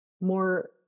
more